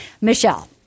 Michelle